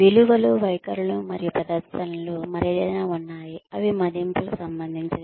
విలువలు వైఖరులు మరియు ప్రవర్తనలు మరేదైనా ఉన్నాయి అవి మదింపులకు సంబంధించినవి